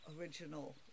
original